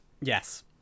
yes